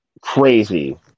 crazy